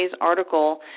article